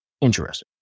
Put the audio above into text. interesting